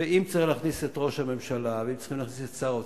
ואם צריך להכניס את ראש הממשלה ואם צריך להכניס את שר האוצר,